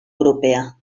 europea